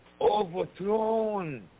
overthrown